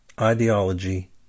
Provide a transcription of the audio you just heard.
Ideology